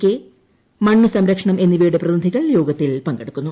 K മണ്ണുസംരക്ഷണം എന്നിവയുടെ പ്രതിനിധികൾ യോഗത്തിൽ പങ്കെടുക്കുന്നു